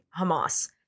Hamas